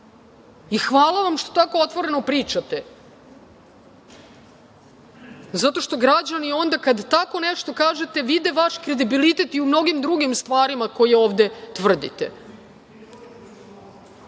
I hvala vam što tako otvoreno pričate, zato što građani onda kada tako nešto kažete vide vaš kredibilitet i u mnogim drugim stvarima koje ovde tvrdite. Sve